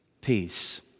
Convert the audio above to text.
peace